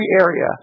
area